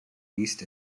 east